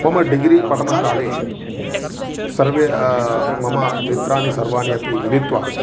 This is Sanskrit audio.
मम डिग्री पठनकाले सर्वे मम मित्राणि सर्वाणि अपि मिलित्वा